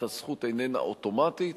הזכות איננה אוטומטית,